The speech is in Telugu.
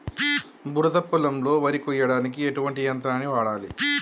బురద పొలంలో వరి కొయ్యడానికి ఎటువంటి యంత్రాన్ని వాడాలి?